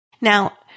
Now